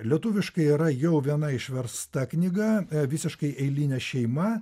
lietuviškai yra jau viena išversta knyga visiškai eilinė šeima